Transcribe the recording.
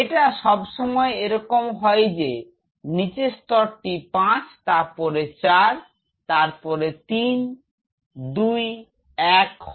এটা সব সময় এরকম হয় যে নিচের স্তরটি 5 তারপর 4 তারপর 32 এক হয়